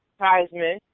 Heisman